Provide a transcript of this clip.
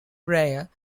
rare